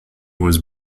was